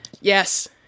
Yes